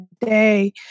day